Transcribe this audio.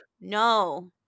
no